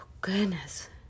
goodness